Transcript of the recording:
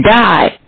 die